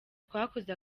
twakoze